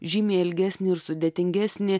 žymiai ilgesni ir sudėtingesni